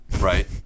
right